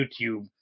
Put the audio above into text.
YouTube